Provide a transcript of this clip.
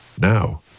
Now